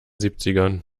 siebzigern